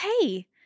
Hey